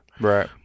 Right